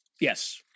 Yes